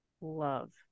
love